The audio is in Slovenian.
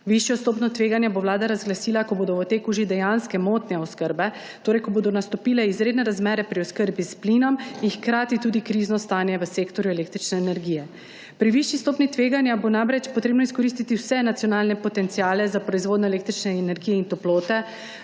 Višjo stopnjo tveganja bo vlada razglasila, ko bodo v teku že dejanske motnje oskrbe, ko bodo nastopile izredne razmere pri oskrbi s plinom in hkrati tudi krizno stanje v sektorju električne energije. Pri višji stopnji tveganja bo namreč potrebno izkoristiti vse nacionalne potenciale za proizvodnjo električne energije in toplote,